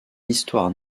histoire